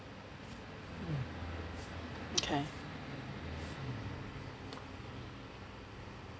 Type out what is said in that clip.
okay